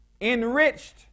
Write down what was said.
enriched